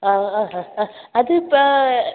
ആ ആ ആ ആ അത് ഇപ്പം